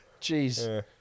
Jeez